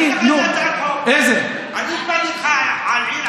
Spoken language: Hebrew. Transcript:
אני אגיד לך איזו הצעת חוק.